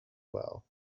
well